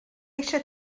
eisiau